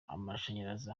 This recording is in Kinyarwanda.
amashanyarazi